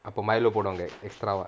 அப்போ:appo milo போடுவாங்க:poduvaanga extra [what]